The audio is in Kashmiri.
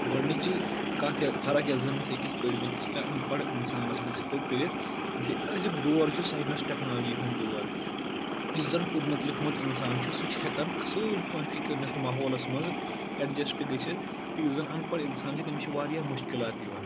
گۄڈٕنِچِی کَتھ فَرق یۄس زَن اَسہِ أکِس پٔڑمٕتِس تہِ اَن پَڑھ اِنسانَس منٛز ہیٚکو کٔرِتھ زِ أزیُک دور چھُ ساینَس ٹیٚکنَالجی ہُنٛد دور یُس زَن پوٚرمُت لیٚوکھ مُت اِنسان چھُ سُہ چھُ ہیٚکان اَصٕل پٲٹھۍ ونکیٚنس ماحولَس منٛز ایٚڈجَسٹ گٔژھِتھ تہٕ یُس زَن اَن پَڑھ اِنسان چھِ تٔمِس چھِ واریاہ مُشکِلات یِوان